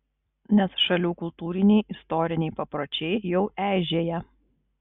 nes šalių kultūriniai istoriniai papročiai jau eižėja